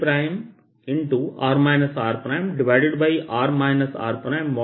r r